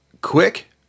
quick